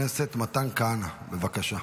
חבר הכנסת מתן כהנא, בבקשה.